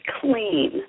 clean